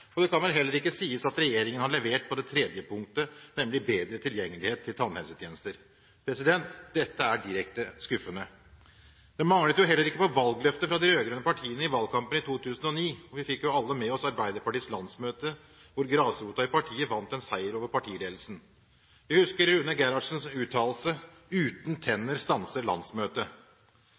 Det kan vel heller ikke sies at regjeringen har levert på det tredje punktet, nemlig bedre tilgjengelighet til tannhelsetjenester. Dette er direkte skuffende. Det manglet heller ikke på valgløfter fra de rød-grønne partiene i valgkampen i 2009. Vi fikk vel alle med oss Arbeiderpartiets landsmøte, hvor grasrota i partiet vant en seier over partiledelsen. Vi husker Rune Gerhardsens uttalelse: «Uten tenner, stanser landsmøtet.»